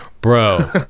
Bro